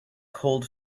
cold